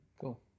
cool